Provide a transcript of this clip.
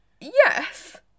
Yes